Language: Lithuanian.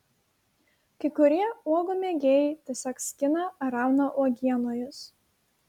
kai kurie uogų mėgėjai tiesiog skina ar rauna uogienojus